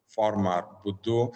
forma ar būdu